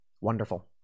Wonderful